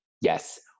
Yes